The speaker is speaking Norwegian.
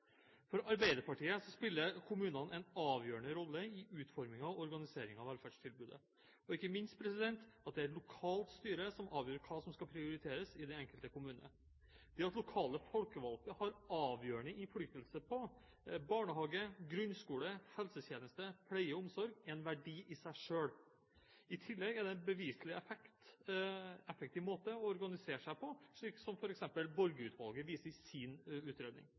For Arbeiderpartiet spiller kommunene en avgjørende rolle i utformingen og organisering av velferdstilbudet, og ikke minst at det er et lokalt styre som avgjør hva som skal prioriteres i den enkelte kommune. Det at lokale folkevalgte har avgjørende innflytelse på barnehage, grunnskole, helsetjenester, pleie og omsorg, er en verdi i seg selv. I tillegg er det beviselig en effektiv måte å organisere seg på, slik f.eks. Borge-utvalget viser i sin utredning.